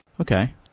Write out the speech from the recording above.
Okay